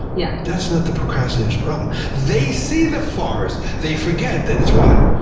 yeah that's not the procrastinator's problem. they see the forest they forget that it's what?